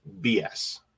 BS